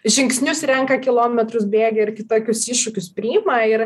žingsnius renka kilometrus bėga ir kitokius iššūkius priima ir